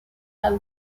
have